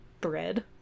bread